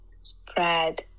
spread